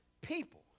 people